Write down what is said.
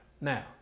Now